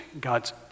God's